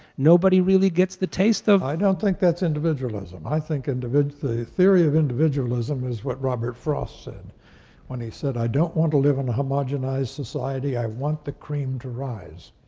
nobody really gets the taste of i don't think that's individualism. i think and the theory of individualism is what robert frost said when he said, i don't want to live in a homogenized society. i want the cream to rise.